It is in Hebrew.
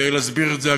כדי להסביר את זה,